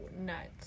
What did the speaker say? nuts